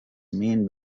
main